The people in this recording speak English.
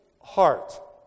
heart